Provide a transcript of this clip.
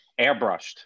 airbrushed